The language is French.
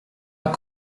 pas